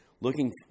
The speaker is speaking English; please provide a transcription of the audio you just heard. looking